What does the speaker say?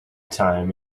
time